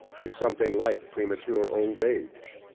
with something like premature old age.